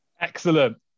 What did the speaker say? excellent